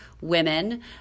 women